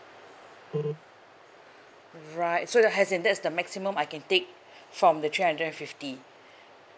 right so as in that is the maximum I can take from the three hundred and fifty